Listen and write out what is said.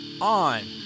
on